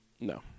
No